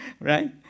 right